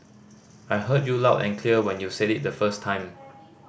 I heard you loud and clear when you said it the first time